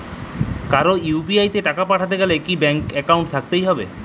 কারো ইউ.পি.আই তে টাকা পাঠাতে গেলে কি ব্যাংক একাউন্ট থাকতেই হবে?